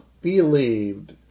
believed